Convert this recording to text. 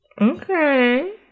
Okay